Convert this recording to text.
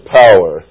power